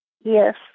Yes